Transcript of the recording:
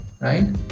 right